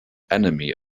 enemy